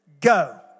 Go